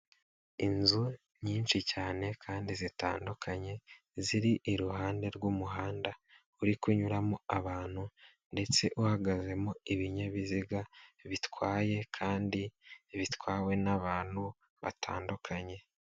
Inzu nyinshi cyane kandi zitandukanye ziri iruhande rw'umuhanda uri kunyuramo abantu ndetse uhagazemo ibinyabiziga bitwaye kandi bitwawe n'abantu batandukanye.